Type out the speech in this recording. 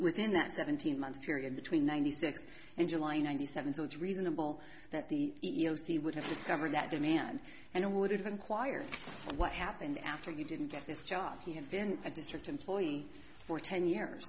within that seventeen month period between ninety six and july ninety seven so it's reasonable that the e e o c would have discovered that demand and would inquire what happened after you didn't get this job he had been a district employee for ten years